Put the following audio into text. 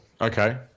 Okay